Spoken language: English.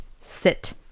Sit